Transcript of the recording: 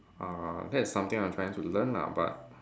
uh that is something I'm trying to learn lah but